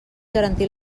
garantir